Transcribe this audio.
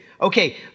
Okay